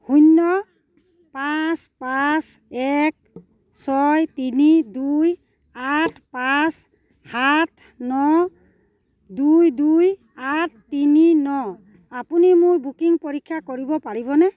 শূন্য পাঁচ পাঁচ এক ছয় তিনি দুই আঠ পাঁচ সাত ন দুই দুই আঠ তিনি ন আপুনি মোৰ বুকিং পৰীক্ষা কৰিব পাৰিবনে